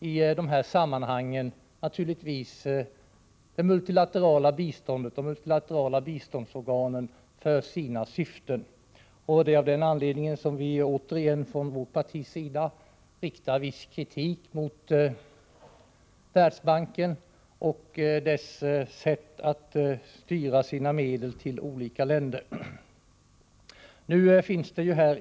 I de här sammanhangen använder USA naturligtvis också de multilaterala biståndsorganen för sina syften. Det är av den anledningen vi återigen från vårt partis sida riktar viss kritik mot Världsbanken och dess sätt att styra sina medel till olika länder.